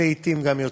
ולעתים גם יותר.